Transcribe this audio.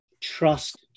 trust